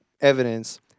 evidence